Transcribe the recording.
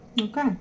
Okay